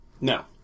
No